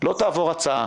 לא תעבור הצעה